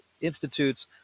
institute's